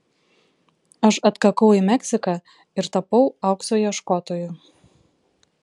aš atkakau į meksiką ir tapau aukso ieškotoju